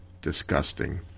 disgusting